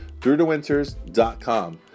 throughthewinters.com